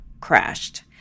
crashed